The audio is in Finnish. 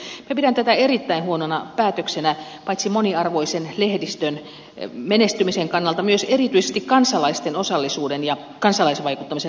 minä pidän tätä erittäin huonona päätöksenä paitsi moniarvoisen lehdistön menestymisen kannalta myös erityisesti kansalaisten osallisuuden ja kansalaisvaikuttamisen näkökulmasta